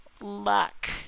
luck